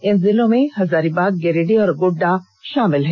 इन जिलों में हजारीबाग गिरिडीह और गोड़डा शामिल हैं